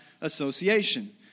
association